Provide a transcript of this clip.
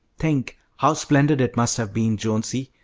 think how splendid it must have been, jonesy,